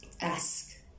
ask